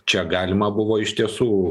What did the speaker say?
čia galima buvo iš tiesų